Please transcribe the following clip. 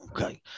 Okay